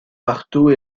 marteau